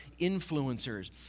influencers